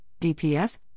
DPS